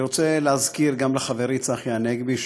אני רוצה להזכיר גם לחברי צחי הנגבי,